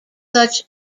such